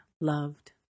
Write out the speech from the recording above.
loved